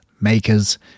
makers